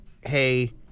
hey